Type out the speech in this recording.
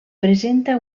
presenta